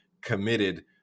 committed